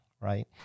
right